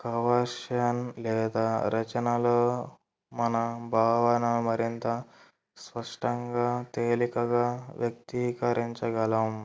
కవార్షన్ లేదా రచనలు మన భావన మరింత స్పష్టంగా తేలికగా వ్యక్తీకరించగలం